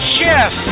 Chef